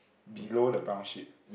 below the brown sheep